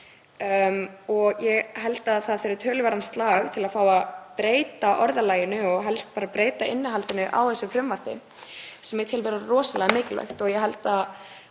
Ég held að það þurfi töluverðan slag til að fá að breyta orðalaginu og helst bara innihaldinu í þessu frumvarpi, sem ég tel vera rosalega mikilvægt. Ég hef